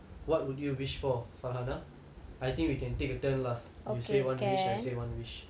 what would you wish for farhanah I think we can take err turn lah you say one wish I say one wish